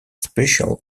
special